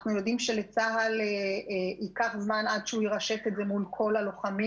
אנחנו יודעים שלצה"ל ייקח זמן עד שהוא ירשת את זה מול כל הלוחמים,